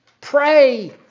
pray